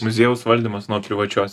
muziejaus valdymas nuo privačios